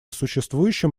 существующим